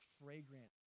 fragrant